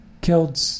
killed